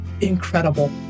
incredible